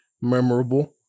memorable